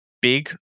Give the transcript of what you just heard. big